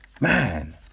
man